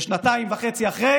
ושנתיים וחצי אחרי